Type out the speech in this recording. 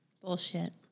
Bullshit